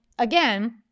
Again